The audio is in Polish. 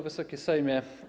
Wysoki Sejmie!